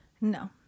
No